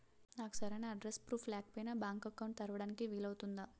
నాకు సరైన address proof లేకపోయినా బ్యాంక్ అకౌంట్ తెరవడానికి వీలవుతుందా?